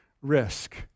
risk